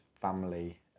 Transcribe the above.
family